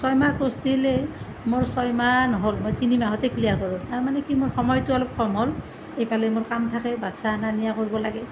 ছয় মাহ কৰ্চটোলৈ মোৰ ছয় মাহ নহ'ল মই তিনিমাহতে ক্লিয়াৰ কৰোঁ তাৰ মানে কি মোৰ মানে সময়টো অলপ কম হ'ল ইফালে মোৰ কাম থাকে বাচ্ছা অনা নিয়া কৰিব লাগে